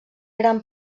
gran